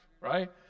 right